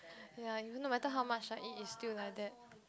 ya even no matter how much I eat is still like that